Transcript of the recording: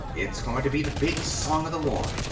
it's going to be the big song of the war.